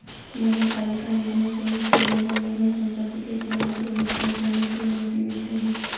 नगरपालिका निगमों सहित कई नगर निगम संपत्ति के स्वामी को भुगतान करने की अनुमति देते हैं